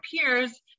peers